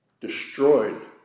destroyed